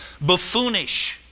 Buffoonish